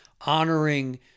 honoring